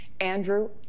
Andrew